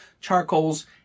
charcoals